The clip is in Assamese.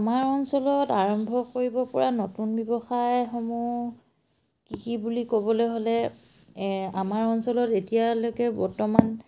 আমাৰ অঞ্চলত আৰম্ভ কৰিব পৰা নতুন ব্যৱসায়সমূহ কৃষি বুলি ক'বলৈ হ'লে আমাৰ অঞ্চলত এতিয়ালৈকে বৰ্তমান